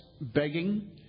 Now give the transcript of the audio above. begging